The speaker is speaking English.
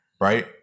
right